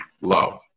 Love